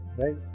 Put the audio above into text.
right